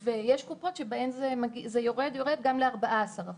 יש קופות שבהן זה יורד גם ל-14 אחוז.